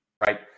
right